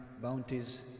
bounties